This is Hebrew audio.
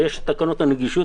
יש את תקנות הנגישות,